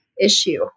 issue